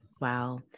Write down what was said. Wow